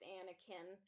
Anakin